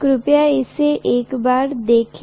कृपया इसे एक बार देखें